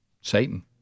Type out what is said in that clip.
Satan